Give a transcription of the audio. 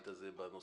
רוב נגד,